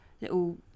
little